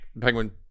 Penguin